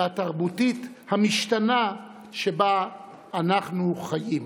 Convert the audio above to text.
והתרבותית המשתנה שבה אנחנו חיים.